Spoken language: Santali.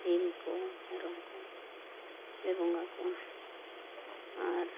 ᱥᱤᱢ ᱠᱚ ᱢᱮᱨᱚᱢ ᱠᱚᱞᱮ ᱵᱚᱸᱜᱟ ᱠᱚᱣᱟ ᱟᱨ